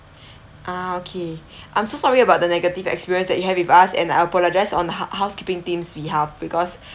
ah okay I'm so sorry about the negative experience that you have with us and I apologize on hou~ housekeeping team behalf because